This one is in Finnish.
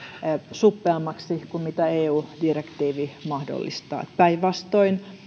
suppeammaksi kuin mitä eu direktiivi mahdollistaa päinvastoin